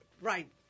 Right